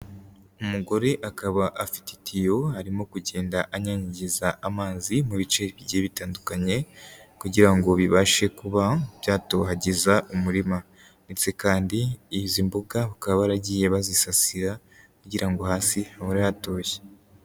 Umugore akaba afite itiyo arimo kugenda anyanyagiza amazi mu bice bigiye bitandukanye kugira ngo bibashe kuba byatohagiza umurima ndetse kandi izi mbuga bakaba baragiye bazisasira kugira ngo hasi hahore hatoshye.